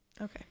okay